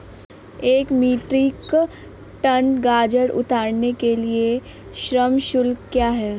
एक metric tonne गाजर उतारने के लिए श्रम शुल्क क्या है?